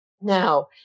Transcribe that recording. Now